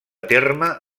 terme